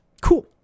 Cool